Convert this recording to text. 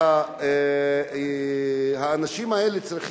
האנשים האלה,